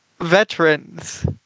veterans